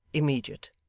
immediate.